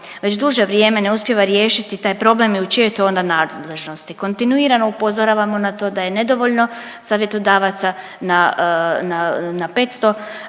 već duže vrijeme ne uspijeva riješiti taj problem i u čijoj je to onda nadležnosti. Kontinuirano upozoravamo na to da je nedovoljno savjetodavaca na 500